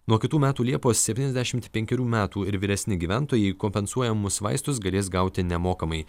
nuo kitų metų liepos septyniasdešimt penkerių metų ir vyresni gyventojai kompensuojamus vaistus galės gauti nemokamai